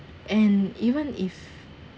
and even if